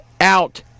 out